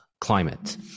climate